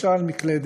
בהקשה על מקלדת,